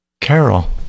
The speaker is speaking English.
Carol